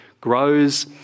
grows